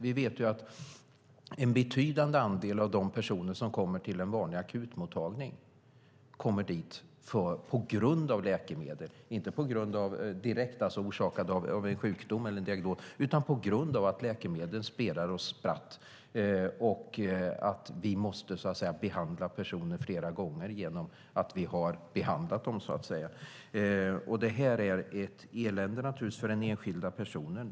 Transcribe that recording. Vi vet att en betydande andel av de personer som kommer till en vanlig akutmottagning kommer dit på grund av läkemedel, alltså inte direkt på grund av en sjukdom eller en diagnos, utan på grund av att läkemedel spelar oss spratt. Vi måste alltså behandla personer flera gånger på grund av att vi har behandlat dem. Det är naturligtvis ett elände för den enskilda personen.